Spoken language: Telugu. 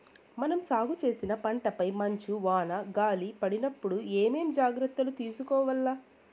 మనం సాగు చేసిన పంటపై మంచు, వాన, గాలి పడినప్పుడు ఏమేం జాగ్రత్తలు తీసుకోవల్ల?